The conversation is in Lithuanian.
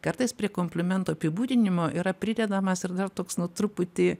kartais prie komplimento apibūdinimo yra pridedamas ir dar toks nu truputį